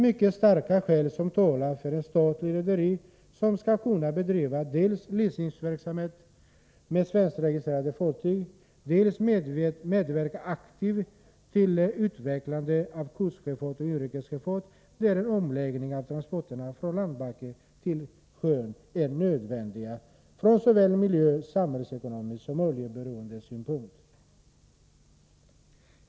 Mycket starka skäl talar för ett statligt rederi som dels kan bedriva leasingverksamhet med svenskregistrerade fartyg, dels kan aktivt medverka till utvecklandet av kustsjöfart och inrikes sjöfart, där en omläggning av transporterna från landbaserade till sjöburna sådana är nödvändig från såväl miljösynpunkt och samhällsekonomisk synpunkt som oljeberoendesynpunkt.